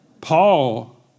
Paul